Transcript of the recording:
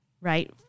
right